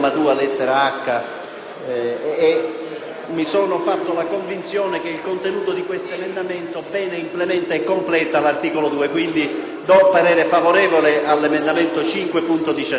mi sono fatto la convinzione che il contenuto di questo emendamento ben implementa e completa l'articolo 2. Esprimo pertanto parere favorevole all'emendamento 5.19.